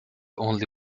only